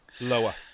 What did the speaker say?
lower